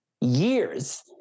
years